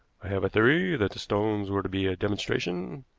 i have a theory that the stones were to be a demonstration,